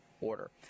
order